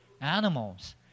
animals